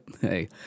hey